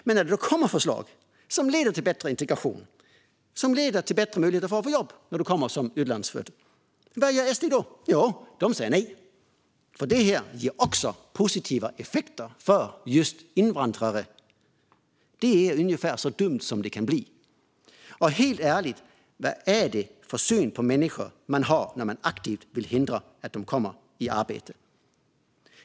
Men när det då kommer förslag som leder till bättre integration och bättre möjligheter att få jobb för den som kommer som utlandsfödd, vad gör SD då? Jo, de säger nej, för det ger positiva effekter för just invandrare. Det är ungefär så dumt som det kan bli! Helt ärligt, vad är det för syn på människor man har när man aktivt vill hindra att de kommer i arbete?